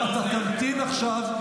אתה תמתין עכשיו.